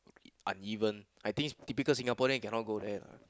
uneven I think typical Singaporean cannot go there